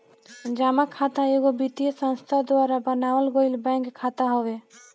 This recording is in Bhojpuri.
जमा खाता एगो वित्तीय संस्था द्वारा बनावल गईल बैंक खाता हवे